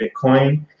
Bitcoin